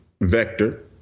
vector